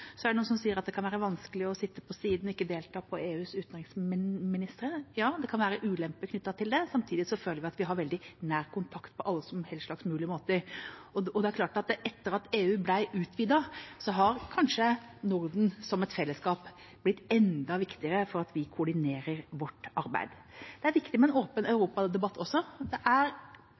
Så er det noen som sier at det kan være vanskelig å sitte på siden og ikke delta sammen med EUs utenriksministre. Ja, det kan være ulemper knyttet til det. Samtidig føler vi at vi har veldig nær kontakt på alle mulige måter, og det er klart at etter at EU ble utvidet, har kanskje Norden som et fellesskap blitt enda viktigere i koordineringen av vårt arbeid. Det er viktig med en åpen europadebatt også. Det er